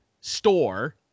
store